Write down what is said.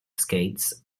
skates